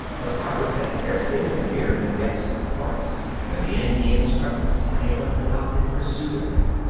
the pirates had scarcely disappeared in the depths of the forest when the indians crept silently up in pursuit of them.